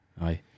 Aye